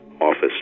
office